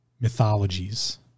mythologies